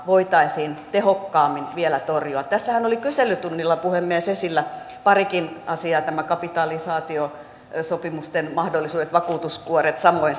voitaisiin vielä tehokkaammin torjua tässähän oli kyselytunnilla puhemies esillä parikin asiaa kapitalisaatiosopimusten mahdollisuudet vakuutuskuoret samoin